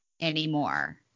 anymore